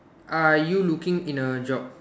are you looking in a job